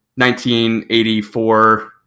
1984